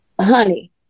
honey